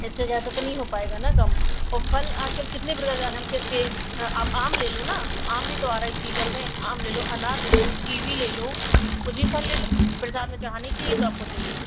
इससे ज्यादा तो नहीं हो पाएगा न कम और फल आज कल कितने प्रकार के और हम कहते आप आम ले लो न आम भी तो आ रहा इस सीजन में आम ले लो अनार ले लो कीवी ले लो कुछ भी फल ले लो प्रसाद में चढ़ाने के लिए ही तो आपको चाहिए